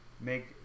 make